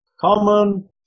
Common